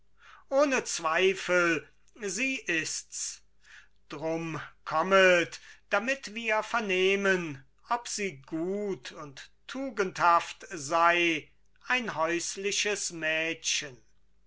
ohne zweifel sie ist's drum kommet damit wir vernehmen ob sie gut und tugendhaft sei ein häusliches mädchen